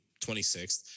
26th